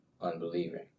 Unbelieving